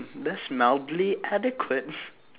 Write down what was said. that's mildly adequate